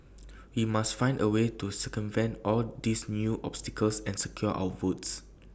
we must find A way to circumvent all these new obstacles and secure our votes